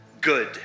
good